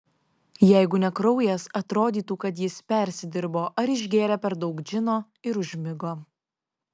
jeigu ne kraujas atrodytų kad jis persidirbo ar išgėrė per daug džino ir užmigo